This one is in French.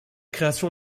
création